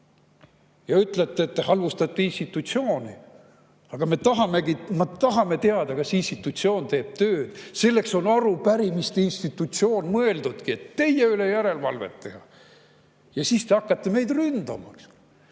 ja ütlete, et me halvustame [riigi]institutsiooni. Aga me tahamegi teada, kas see institutsioon teeb tööd. Selleks ongi arupärimistele [vastamine] mõeldud, et teie üle järelevalvet teha. Ja siis te hakkate meid ründama. Te